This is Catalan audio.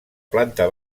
planta